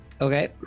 Okay